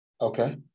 Okay